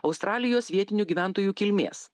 australijos vietinių gyventojų kilmės